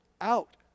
out